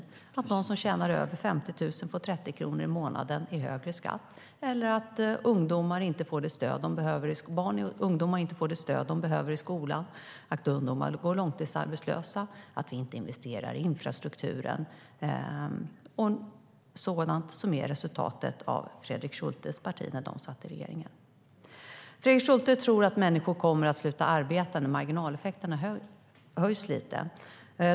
Är det att någon som tjänar över 50 000 får 30 kronor i månaden i högre skatt eller att barn och ungdomar inte får det stöd de behöver i skolan, att ungdomar går långtidsarbetslösa och att vi inte investerar i infrastrukturen - sådant som är resultatet av politiken när Fredrik Schultes parti satt i regeringen? Fredrik Schulte tror att människor kommer att sluta arbeta när marginaleffekterna ökar lite.